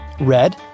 red